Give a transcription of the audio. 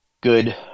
good